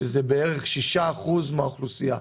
שזה בערך 6% מהאוכלוסייה.